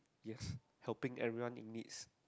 yes helping everyone in need